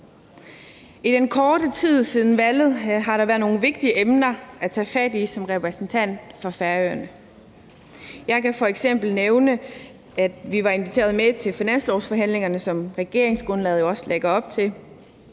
I den korte tid siden valget har der været nogle vigtige emner at tage fat i som repræsentant for Færøerne. Jeg kan f.eks. nævne, at vi var inviteret med til finanslovsforhandlingerne, som regeringsgrundlaget jo også lægger op til,